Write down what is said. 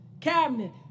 cabinet